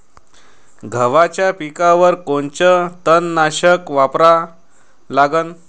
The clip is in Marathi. गव्हाच्या पिकावर कोनचं तननाशक वापरा लागन?